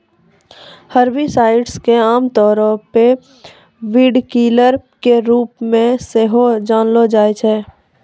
herbicides के आमतौरो पे वीडकिलर के रुपो मे सेहो जानलो जाय छै